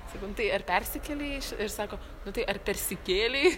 sakom tai ar persikėlei iš ir sako nu tai ar persikėlei